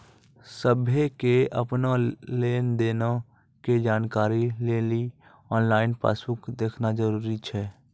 सभ्भे के अपनो लेन देनो के जानकारी लेली आनलाइन पासबुक देखना जरुरी छै